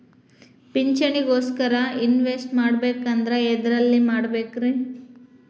ಪಿಂಚಣಿ ಗೋಸ್ಕರ ಇನ್ವೆಸ್ಟ್ ಮಾಡಬೇಕಂದ್ರ ಎದರಲ್ಲಿ ಮಾಡ್ಬೇಕ್ರಿ?